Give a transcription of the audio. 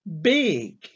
big